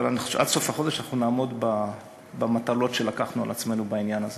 אבל עד סוף החודש אנחנו נעמוד במטלות שלקחנו על עצמנו בעניין הזה.